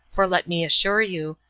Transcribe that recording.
for let me assure you,